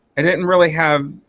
i didn't really have